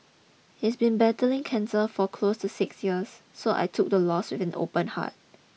he's been battling cancer for close to six years so I took the loss with an open heart